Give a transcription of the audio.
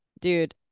Dude